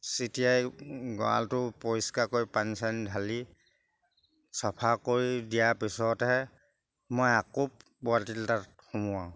চটিয়াই গঁৰালটো পৰিষ্কাৰ কৰি পানী চানী ঢালি চাফা কৰি দিয়াৰ পিছতহে মই আকৌ পোৱালিখিনি তাত সোমোৱাওঁ